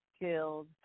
Killed